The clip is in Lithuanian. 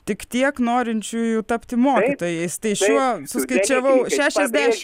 tik tiek norinčiųjų tapti mokytojais tai šiuo suskaičiavau šešiasdešimt